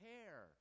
care